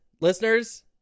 listeners